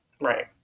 right